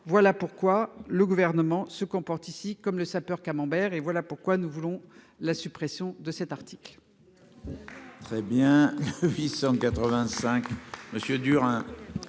Voilà pourquoi le Gouvernement se comporte comme le sapeur Camember. Voilà pourquoi nous voulons la suppression de cet article.